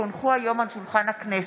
כי הונחו היום על שולחן הכנסת,